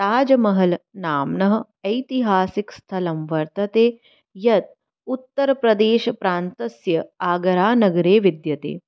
ताजमहलनाम्नः ऐतिहासिकस्थलं वर्तते यत् उत्तर् प्रदेशप्रान्तस्य आगरानगरे विद्यते